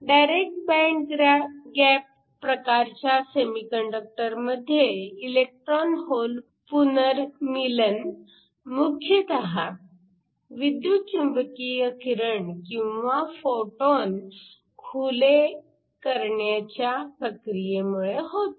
direct band gap प्रकारच्या सेमीकंडक्टरमध्ये electron hole पुनर्मीलन मुख्यतः विद्युत चुंबकीय किरण किंवा फोटॉन खुले करण्याच्या प्रक्रियेमुळे होते